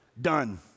done